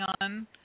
on